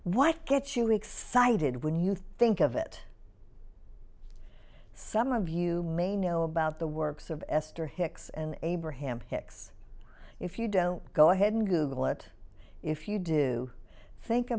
what gets you excited when you think of it some of you may know about the works of esther hicks and abraham hicks if you don't go ahead and google it if you do think